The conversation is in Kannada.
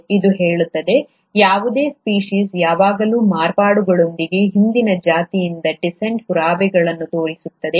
ಇದು ಹೇಳುತ್ತದೆ ಯಾವುದೇ ಸ್ಪೀಸೀಸ್ ಯಾವಾಗಲೂ ಮಾರ್ಪಾಡುಗಳೊಂದಿಗೆ ಹಿಂದಿನ ಜಾತಿಯಿಂದ ಡಿಸೆಂಡೆಂಟ್ ಪುರಾವೆಗಳನ್ನು ತೋರಿಸುತ್ತದೆ